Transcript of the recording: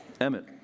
Emmett